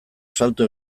salto